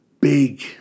big